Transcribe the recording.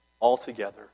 Altogether